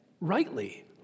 rightly